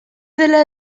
dela